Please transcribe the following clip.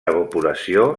evaporació